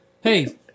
hey